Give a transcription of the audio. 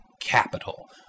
capital